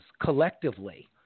collectively